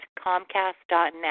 comcast.net